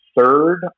third